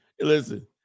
Listen